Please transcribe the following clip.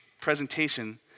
presentation